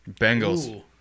Bengals